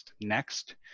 Next